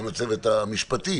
גם לצוות המשפטי,